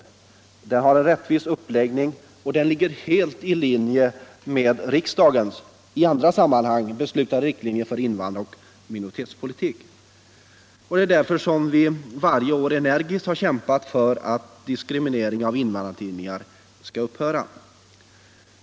Uppläggningen är rättvis och ligger helt i linje med riksdagens i andra sammanhang beslutade riktlinjer för invandraroch minoritetspolitik. Det är därför som vi varje år energiskt har kämpat för att diskrimineringen av invandrartidningar skall upphöra.